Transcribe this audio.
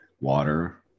water